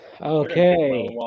Okay